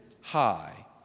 high